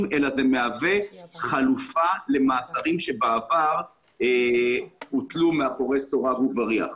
אלא זה מהווה חלופה למאסרים שבעבר הוטלו מאחורי סורג ובריח.